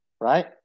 right